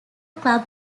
club